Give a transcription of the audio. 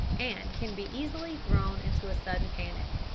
and can be easily thrown into a sudden panic.